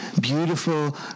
beautiful